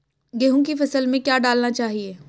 गेहूँ की फसल में क्या क्या डालना चाहिए?